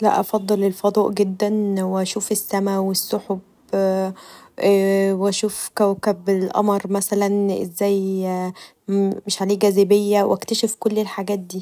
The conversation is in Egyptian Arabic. لا افضل الفضاء جدا و اشوف السماء و السحب واشوف كوكب القمر مثلا ازاي مش عليه جاذبيه و اكتشف كل الحاجات دي.